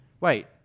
wait